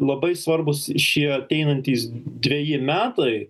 labai svarbūs šie ateinantys dveji metai